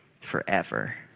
forever